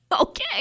Okay